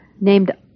named